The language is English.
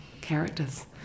characters